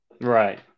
Right